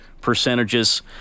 percentages